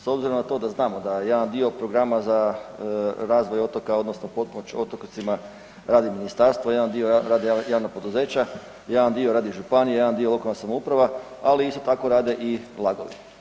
S obzirom na to da znamo da jedan dio programa za razvoj otoka odnosno pomoć otocima radi ministarstvo, jedan dio rade javna poduzeća, jedan dio radi županija, jedan dio lokalna samouprava, ali isto rade i LAG-ovi.